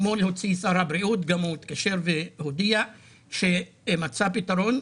אתמול הוציא שר הבריאות הוא גם התקשר והודיע שהוא מצא פתרון.